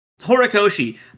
Horikoshi